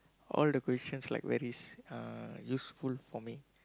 all the questions like very uh useful for me